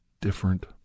different